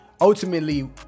ultimately